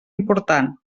important